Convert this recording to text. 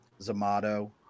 Zamato